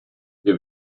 wir